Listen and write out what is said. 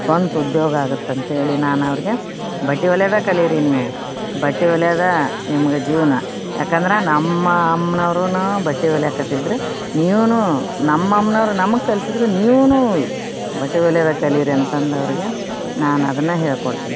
ಸ್ವಂತ ಉದ್ಯೋಗ ಆಗತ್ತೆ ಅಂತೇಳಿ ನಾನು ಅವರಿಗೆ ಬಟ್ಟೆ ಹೊಲ್ಯೋದು ಕಲಿರಿ ನೀವು ಬಟ್ಟೆ ಹೊಲ್ಯೋದು ನಿಮ್ಗೆ ಜೀವನ ಯಾಕಂದ್ರ ನಮ್ಮ ಅಮ್ನವರೂನು ಬಟ್ಟೆ ಹೊಲಿಯಕತ್ತಿದ್ರು ನೀವೂನು ನಮ್ಮ ಅಮ್ನವ್ರ ನಮಗೆ ಕಲ್ಸಿದ್ರ ನೀವೂನೂ ಬಟ್ಟೆ ಹೊಲ್ಯೋದ ಕಲಿರಿ ಅಂತಂದು ಅವ್ರ್ಗೆ ನಾನು ಅದನ್ನ ಹೇಳ್ಕೊಡ್ತೀನಿ